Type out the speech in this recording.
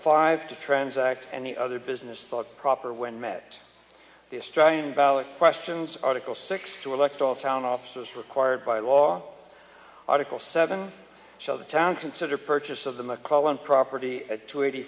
five to transact any other business thought proper when met destroying valid questions article six to elect all town officers required by law article seven so the town considered purchase of the mcallen property at two eighty